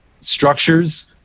structures